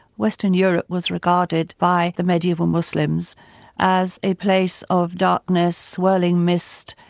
western europe was regarded by the mediaeval muslims as a place of darkness, swirling mist,